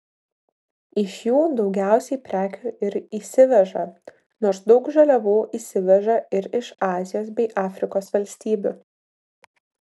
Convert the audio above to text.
iš jų daugiausiai prekių ir įsiveža nors daug žaliavų įsiveža ir iš azijos bei afrikos valstybių